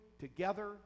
together